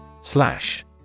Slash